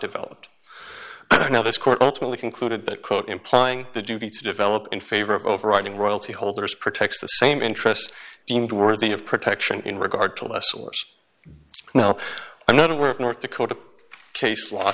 developed now this court ultimately concluded that quote implying the duty to develop in favor of overriding royalty holders protects the same interests deemed worthy of protection in regard to us or now i'm not aware of north dakota case law